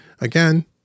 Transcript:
Again